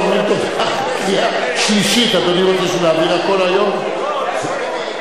שישה נגד, שלושה נמנעים.